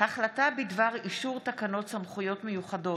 החלטה בדבר אישור תקנות סמכויות מיוחדות